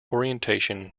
orientation